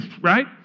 right